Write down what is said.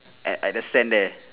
at at the sand there